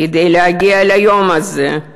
כדי להגיע ליום הזה,